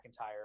McIntyre